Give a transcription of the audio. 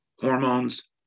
hormones